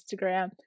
Instagram